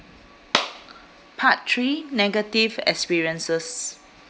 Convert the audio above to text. part three negative experiences